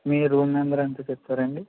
మీ room number ఎంత చెప్తారండి